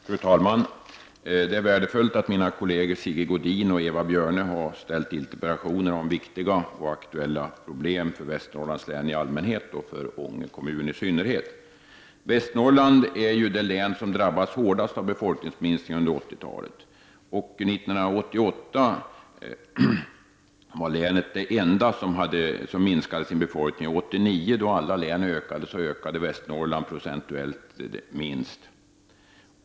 Fru talman! Det är värdefullt att mina kolleger Sigge Godin och Eva Björne har framställt dessa interpellationer om viktiga och aktuella problem för Västernorrlands län i allmänhet och för Ånge kommun i synnerhet. Västernorrland är det län som under 1980-talet drabbats hårdast av befolkningsminskningen. 1988 var länet det enda län som minskade sin befolkning. 1989, då alla län ökade sin befolkning, ökade Västernorrlands befolkning procentuellt minst.